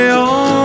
on